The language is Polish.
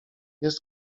jest